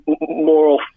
moral